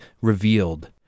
revealed